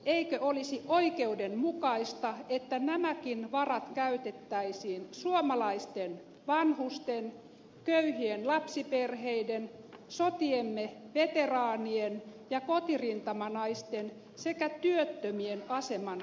eikö olisi oikeudenmukaista että nämäkin varat käytettäisiin suomalaisten vanhusten köyhien lapsiperheiden sotiemme veteraanien ja kotirintamanaisten sekä työttömien aseman kohentamiseen